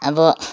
अब